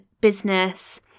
business